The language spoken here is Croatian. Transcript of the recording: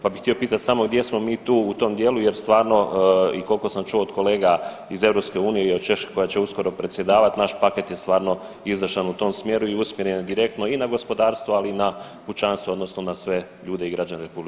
Pa bi htio pitati samo gdje smo mi tu u tom djelu jer stvarno i koliko sam čuo od kolega iz EU i od Češke koja će uskoro predsjedavati naš paket je stvarno izdašan u tom smjeru i usmjeren je direktno i na gospodarstvo, ali i na kućanstva odnosno na sve ljude i građane RH.